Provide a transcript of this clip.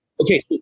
Okay